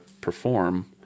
perform